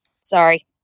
Sorry